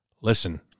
listen